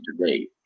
today